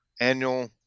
annual